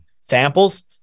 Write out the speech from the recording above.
samples